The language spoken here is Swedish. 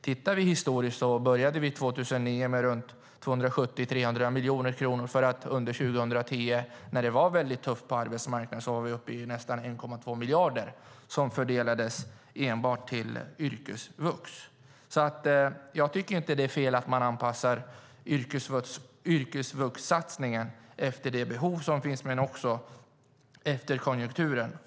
Tittar vi historiskt ser vi att vi började med runt 270-300 miljoner kronor 2009 för att under 2010, när det var väldigt tufft på arbetsmarknaden, vara uppe i nästan 1,2 miljarder som fördelades enbart till yrkesvux. Jag tycker alltså inte att det är fel att man anpassar yrkesvuxsatsningen både efter de behov som finns och efter konjunkturen.